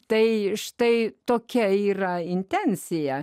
tai štai tokia yra intencija